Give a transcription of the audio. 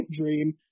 dream